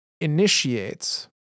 initiates